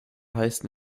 heißen